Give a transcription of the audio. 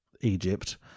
Egypt